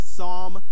Psalm